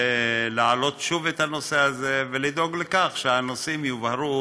להעלות שוב את הנושא הזה ולדאוג לכך שהנושאים יובהרו